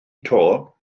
eto